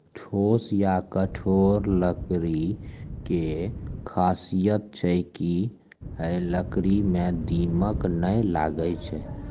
ठोस या कठोर लकड़ी के खासियत छै कि है लकड़ी मॅ दीमक नाय लागैय छै